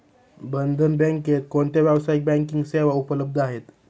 बंधन बँकेत कोणत्या व्यावसायिक बँकिंग सेवा उपलब्ध आहेत?